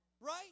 right